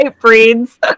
breeds